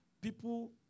People